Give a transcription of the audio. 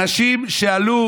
אנשים שעלו